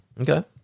Okay